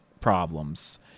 problems